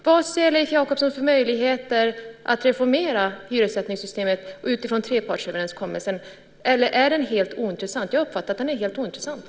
Vad ser Leif Jakobsson för möjligheter att reformera hyressättningssystemet utifrån trepartsöverenskommelsen? Eller är den helt ointressant? Jag har uppfattat att den är helt ointressant.